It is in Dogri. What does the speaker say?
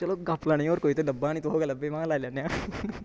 चलो गप लाने गी होर कोई ते लब्भा निं तुहें केह् लब्भे महां लाई लैन्ने आं